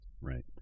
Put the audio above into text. right